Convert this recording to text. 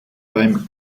beim